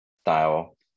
style